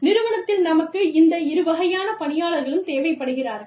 நிறுவனத்தில் நமக்கு இந்த இரு வகையான பணியாளர்களும் தேவைப்படுகிறார்கள்